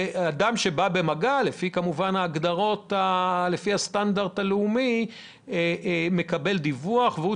אדם שבא במגע לפי הסטנדרט הלאומי מקבל דיווח ואז הוא